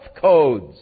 codes